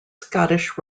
scottish